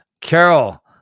carol